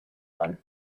one